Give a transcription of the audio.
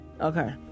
okay